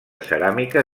ceràmica